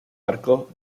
arco